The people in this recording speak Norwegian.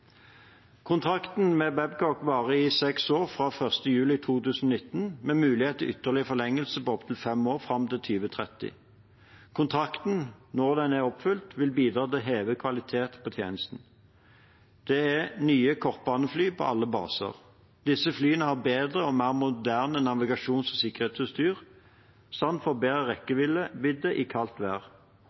Kontrakten med Babcock varer i seks år fra 1. juli 2019, med mulighet for ytterligere forlengelse på opptil fem år fram til 2030. Kontrakten, når den er oppfylt, vil bidra til å heve kvaliteten på tjenesten. Det er nye kortbanefly på alle baser. Disse flyene har bedre og mer moderne navigasjons- og sikkerhetsutstyr samt forbedret rekkevidde i kaldt vær.